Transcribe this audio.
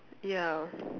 ya